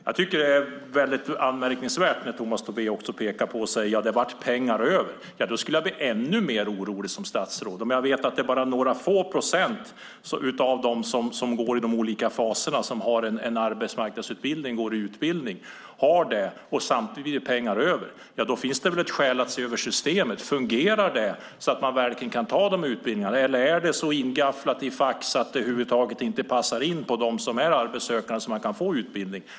Jag tycker att det är anmärkningsvärt när Tomas Tobé säger: Ja, det blev pengar över. Då skulle jag bli ännu mer orolig som statsråd, om jag visste att det bara var några få procent av dem som går i de olika faserna som har en arbetsmarknadsutbildning, går i utbildning, och det samtidigt blir pengar över. Då finns det väl skäl att se över systemet. Fungerar det, så att man verkligen kan ta de här utbildningarna? Eller är det så ingafflat i fack att det över huvud taget inte passar in på dem som är arbetssökande, så att de kan få utbildning?